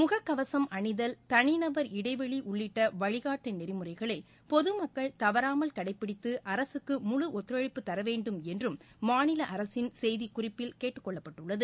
முகக்கவசம் அணிதல் தனிநபர் இடைவெளி உள்ளிட்ட வழிகாட்டு நெறிமுறைகளை பொதுமக்கள் தவறாமல் கடைபிடித்து அரசுக்கு பொதுமக்கள் முழு ஒத்துழைப்பு தரவேண்டும் என்றும் மாநில அரசின் செய்திக்குறிப்பில் கேட்டுக்கொள்ளப்பட்டுள்ளது